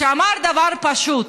שאמר דבר פשוט: